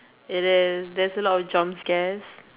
it is there's a lot of jump scares